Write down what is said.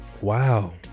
Wow